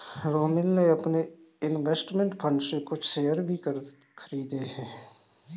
रोमिल ने अपने investment fund से कुछ शेयर भी खरीदे है